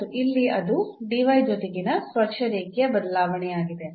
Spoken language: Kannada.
ಮತ್ತು ಇಲ್ಲಿ ಅದು ಜೊತೆಗಿನ ಸ್ಪರ್ಶರೇಖೆಯ ಬದಲಾವಣೆಯಾಗಿದೆ